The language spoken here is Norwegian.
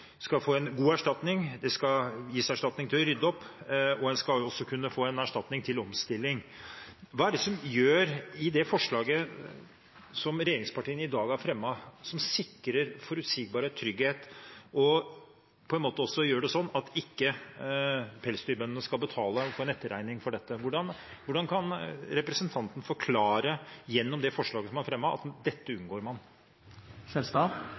skal få en god erstatning, det skal gis erstatning til å rydde opp, og de skal også kunne få erstatning til omstilling: Hva er det i det forslaget som regjeringspartiene i dag har fremmet, som sikrer forutsigbarhet og trygghet og gjør at ikke pelsdyrbøndene får etterregningen for dette? Hvordan kan representanten forklare, gjennom det forslaget som er fremmet, at man unngår dette?